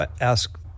ask